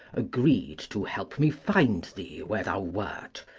agreed to help me find thee where thou wert,